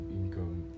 income